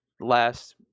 last